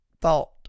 thought